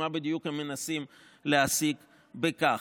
מה בדיוק הם מנסים להשיג בכך.